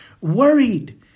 worried